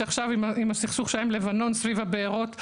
שעכשיו עם הסכסוך שהיה עם לבנון סביב הבערות,